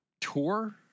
tour